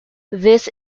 this